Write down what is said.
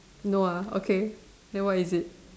no ah okay then what is it